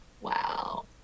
Wow